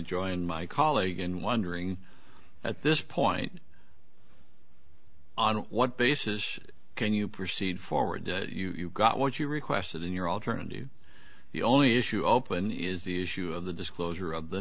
join my colleague in wondering at this point on what basis can you proceed forward you've got what you requested in your alternative the only issue open is the issue of the disclosure of the